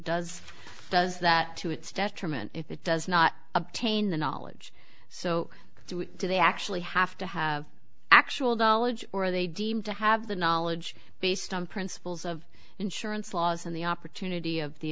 does does that to its detriment if it does not obtain the knowledge so through do they actually have to have actual knowledge or are they deemed to have the knowledge based on principles of insurance laws and the opportunity of the